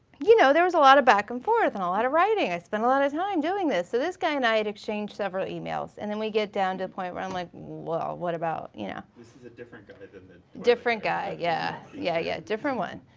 you know there was a lot of back and forth and a lot of writing. i spent a lot of time doing this. so this guy and i had exchanged several emails. and then we get down to the point where i'm like well what about you know this is a different guy than the different guy yeah. yeah yeah, different one.